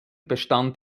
bestand